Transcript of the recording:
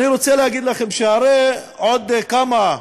אני רוצה להגיד לכם שהרי, עוד כמה?